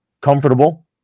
comfortable